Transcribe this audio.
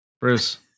Bruce